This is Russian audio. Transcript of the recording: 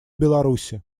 беларуси